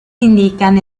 indican